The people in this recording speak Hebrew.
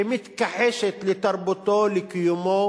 שמתכחשת לתרבותו, לקיומו